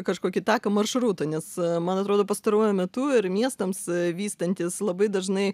kažkokį taką maršrutą nes man atrodo pastaruoju metu ir miestams vystantis labai dažnai